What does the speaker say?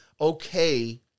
okay